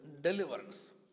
deliverance